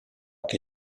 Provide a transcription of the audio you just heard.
che